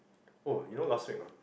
oh you know last week ah